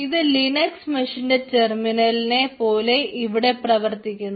ഇത് ലിനക്സ് മെഷിന്റെ ടെർമിനലിനെ പോലെ ഇവിടെ പ്രവർത്തിക്കുന്നു